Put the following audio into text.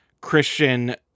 Christian